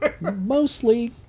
Mostly